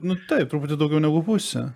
nu taip truputį daugiau negu pusę